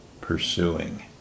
pursuing